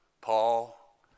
Paul